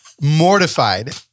Mortified